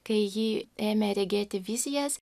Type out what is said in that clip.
kai ji ėmė regėti vizijas